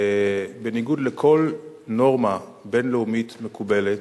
בניגוד לכל נורמה בין-לאומית מקובלת,